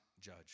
judge